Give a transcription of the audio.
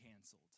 canceled